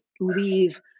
leave